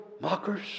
mockers